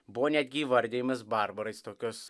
buvo netgi įvardijimos barbarais tokios